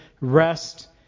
rest